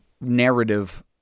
narrative